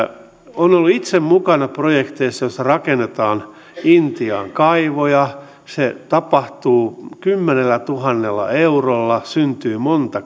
olen ollut itse mukana projekteissa joissa rakennetaan intiaan kaivoja se tapahtuu kymmenellätuhannella eurolla syntyy monta